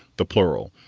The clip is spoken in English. the plural,